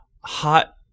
hot